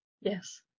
Yes